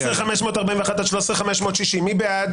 13,5641 עד 13,560, מי בעד?